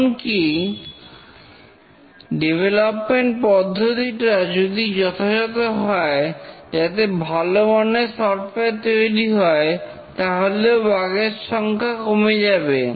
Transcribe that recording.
এমনকি ডেভলপমেন্ট পদ্ধতিটা যদি যথাযথ হয় যাতে ভালো মানের সফটওয়্যার তৈরি হয় তা হলেও বাগ এর সংখ্যা কমে যাবে